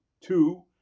Two